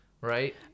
right